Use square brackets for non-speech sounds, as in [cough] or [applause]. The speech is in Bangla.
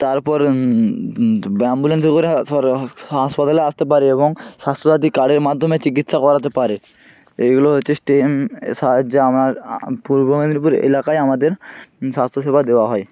তারপর অ্যাম্বুলেন্সে করে [unintelligible] হাসপাতালে আসতে পারে এবং স্বাস্থ্য সাথী কার্ডের মাধ্যমে চিকিৎসা করাতে পারে এইগুলো হচ্ছে স্টেম এ সাহায্যে আমার পূর্ব মেদিনীপুর এলাকায় আমাদের স্বাস্থ্য সেবা দেওয়া হয়